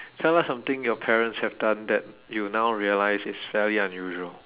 tell us something your parents have done that you now realise is fairly unusual